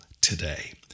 today